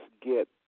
get